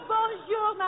Bonjour